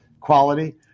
quality